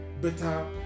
better